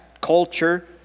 culture